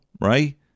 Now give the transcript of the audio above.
right